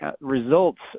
results